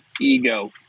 ego